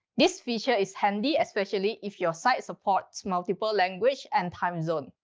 this feature is handy, especially if your site supports multiple language and time zone.